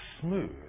smooth